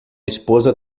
esposa